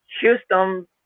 Houston